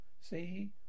See